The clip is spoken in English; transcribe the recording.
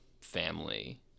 family